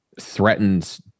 threatens